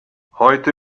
heute